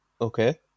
okay